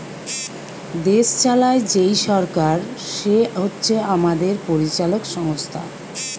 দেশ চালায় যেই সরকার সে হচ্ছে আমাদের পরিচালক সংস্থা